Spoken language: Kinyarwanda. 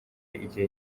igihe